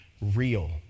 real